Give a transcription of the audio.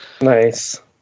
Nice